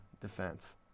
defense